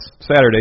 Saturday